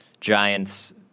Giants